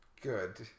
Good